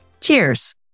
Cheers